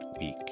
week